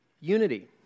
unity